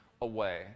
away